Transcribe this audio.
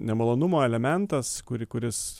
nemalonumo elementas kuri kuris